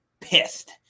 pissed